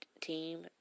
team